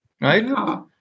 Right